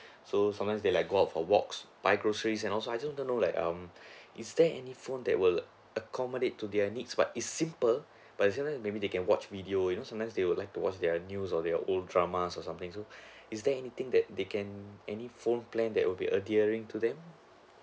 so sometimes they like go out for walks buy groceries and also I just want to know like um is there any phone that will accommodate to their needs but is simple but at the same time maybe they can watch video you know sometimes they would like to watch their news or their old dramas or something so is there anything that they can any phone plan that will be adhering to them